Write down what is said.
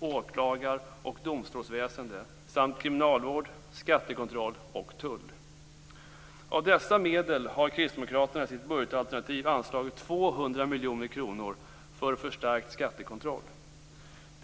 åklagar och domstolsväsende samt kriminalvård, skattekontroll och tull. Av dessa medel har Kristdemokraterna i sitt budgetalternativ anslagit 200 miljoner kronor för en förstärkning av skattekontrollen.